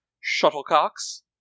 shuttlecocks